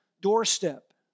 doorstep